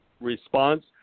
response